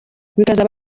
bikazaba